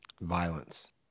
violence